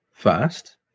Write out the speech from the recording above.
first